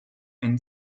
and